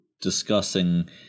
discussing